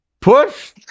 Push